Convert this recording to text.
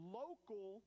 local